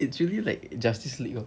it's really like justice league [tau]